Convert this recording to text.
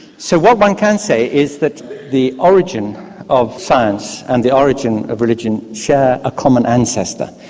so what one can say is that the origin of science and the origin of religion share a common ancestor.